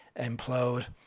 implode